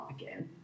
again